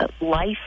life